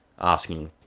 asking